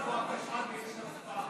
ויש הצבעה.